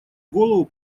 голову